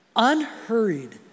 unhurried